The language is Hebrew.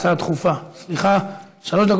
ההצעה להעביר את הצעת חוק זכויות החולה (תיקון,